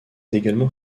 également